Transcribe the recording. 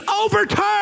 overturned